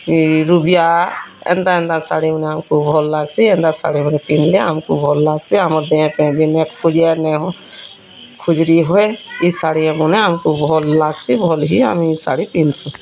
ରୁବିଆ ଏନ୍ତା ଏନ୍ତା ଶାଢ଼ି ମାନେ ଆମ୍କୁ ଭଲ୍ ଲାଗ୍ସି ଏନ୍ତା ଶାଢ଼ିମାନ୍ ଆମ୍ର ଦେହେକି ଖୁଜିଆର୍ ନାଇ ହ ଖୋଜିର୍ ହେଏ ଏ ଶାଢ଼ି ଭଲ୍ ଲାଗ୍ସି ଭଲ୍ ହେ ଆମେ ଏ ଶାଢ଼ି ପିନ୍ଧ୍ସୁଁ